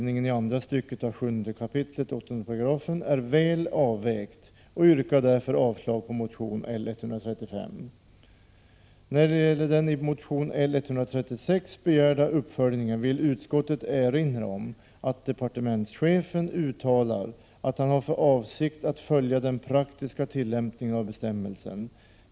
När det gäller den i motion L136 begärda uppföljningen vill utskottet erinra om att departementschefen uttalar att han har för avsikt att följa den praktiska tillämpningen av bestämmelsen.